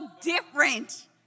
different